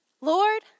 Lord